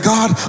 God